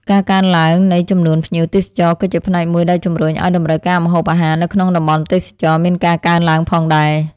ការកើនឡើងនៃចំនួនភ្ញៀវទេសចរក៏ជាផ្នែកមួយដែលជម្រុញឱ្យតម្រូវការម្ហូបអាហារនៅក្នុងតំបន់ទេសចរណ៍មានការកើនឡើងផងដែរ។